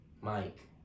Mike